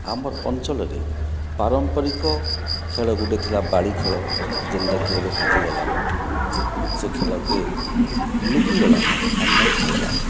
ଆମର ଅଞ୍ଚଲରେ ପାରମ୍ପାରିକ ଖେଳ ଗୋଟିଏ ଥିଲା ବାଡ଼ି ଖେଳ ଯେଉଁଟାକି ଏବେ ହଜିଗଲାଣି ସେ ଖେଳକେ ଲୁକି ଗଲାଣି ଆର୍ ନାହିଁ ଖେଳିବା